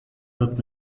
wird